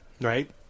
right